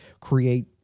create